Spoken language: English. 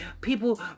People